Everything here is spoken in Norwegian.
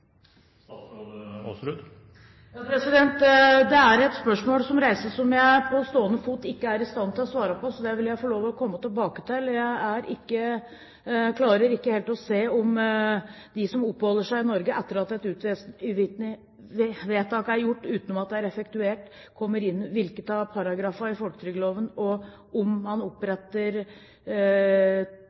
som her reises, er jeg på stående fot ikke i stand til å svare på, så det vil jeg komme tilbake til. Jeg klarer ikke helt å se hvilken av paragrafene i folketrygdloven de som oppholder seg i Norge etter at et utvisningsvedtak er gjort, uten at det er effektuert, kommer inn under, og om man opptjener pensjonsrettigheter i